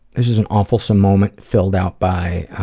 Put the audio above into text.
this is an awful-some moment filled out by,